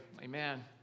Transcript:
Amen